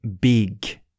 big